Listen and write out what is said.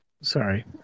Sorry